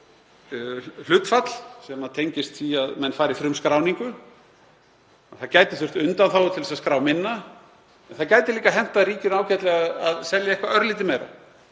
sem tengist því að menn fari í frumskráningu. Það gæti þurft undanþágur til að skrá minna en það gæti líka hentað ríkinu ágætlega að selja eitthvað örlítið meira.